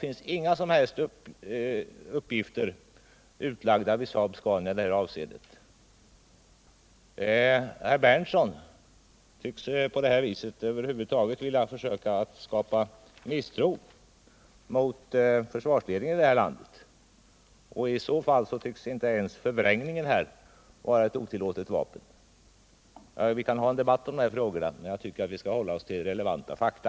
Inga som helst uppgifter finns i dag utlagda vid Saab-Scania i det avseendet. Herr Berndtson tycks över huvud taget vilja skapa misstro mot försvarsledningen i detta land, och i så fall verkar inte ens en förvrängning vara ett otillåtet vapen. Vi kan ha en debatt om dessa frågor, men vi bör hålla oss till relevanta fakta.